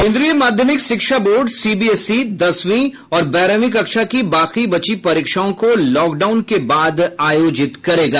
केन्द्रीय माध्यमिक शिक्षा बोर्ड सीबीएसई दसवीं और बारहवीं कक्षा की बाकी बची परीक्षाओं को लॉकडाउन के बाद आयोजित करेगा